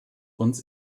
uns